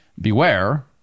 beware